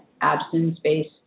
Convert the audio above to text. absence-based